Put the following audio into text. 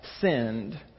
sinned